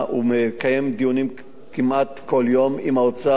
הוא מקיים דיונים כמעט כל יום עם האוצר,